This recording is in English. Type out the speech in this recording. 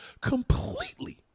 completely